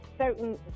certain